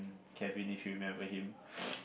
Kevin if you remember him